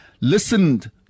listened